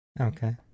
Okay